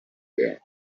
there